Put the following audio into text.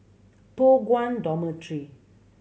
Toh Guan Dormitory